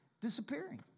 disappearing